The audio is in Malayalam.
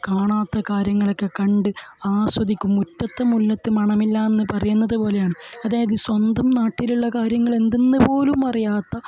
കാണാത്ത കാര്യങ്ങളൊക്കെ കണ്ട് ആസ്വദിക്കും മുറ്റത്തെ മുല്ലക്ക് മണമില്ല എന്നു പറയുന്നതു പോലെയാണ് അതായത് സ്വന്തം നാട്ടിലുള്ള കാര്യങ്ങൾ എന്തെന്നുപോലും അറിയാത്ത